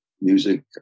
music